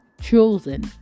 chosen